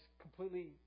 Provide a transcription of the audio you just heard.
completely